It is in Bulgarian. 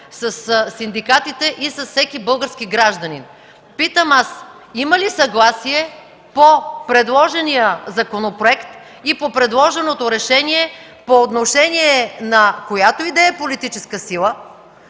със синдикатите и с всеки български гражданин. Питам аз: има ли съгласие по предложения законопроект и по предложеното решение по отношение на която и да е политическа сила,